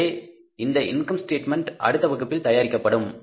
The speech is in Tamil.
எனவே அந்த இன்கம் ஸ்டேட்மென்ட் அடுத்த வகுப்பில் தயாரிக்கப்படும்